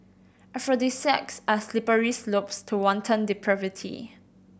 aphrodisiacs are slippery slopes to wanton depravity